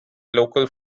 local